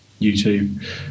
YouTube